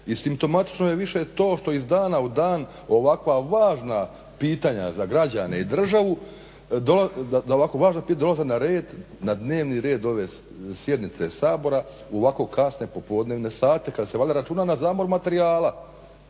i simptomatično je više to što iz dana u dan ovakva važna pitanja za građane i državu dolaze na dnevni red sjednice Sabora u ovakve kasne popodnevne sate kada se valjda računa na zamor materijala.